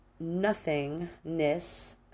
Nothingness